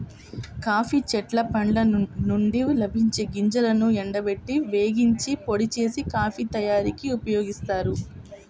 coffee చెట్ల పండ్ల నుండి లభించే గింజలను ఎండబెట్టి, వేగించి, పొడి చేసి, కాఫీ తయారీకి ఉపయోగిస్తారు